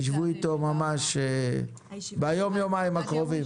אז תשבו איתו ממש ביום, יומיים הקרובים.